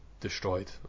destroyed